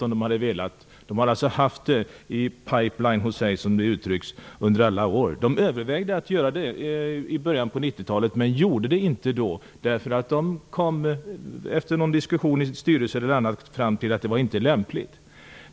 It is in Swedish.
Tipstjänst har alltså, som det uttrycks, haft spelet hos sig "i pipeline" under alla år. Man övervägde att starta i början på 90-talet men gjorde det inte då, utan man kom väl, kanske efter en diskussion i styrelsen, fram till att det inte var lämpligt.